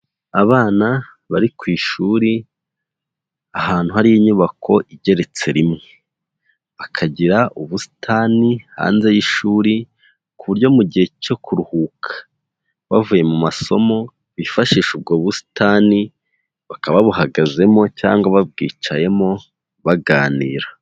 Abana bari ku ishuri ahantu hari inyubako igeretse rimwe, bakagira ubusitani hanze y'ishuri ku buryo mu gihe cyo kuruhuka bavuye mu masomo bifashisha ubwo busitani bakaba babuhagazemo cyangwa babwicayemo baganira.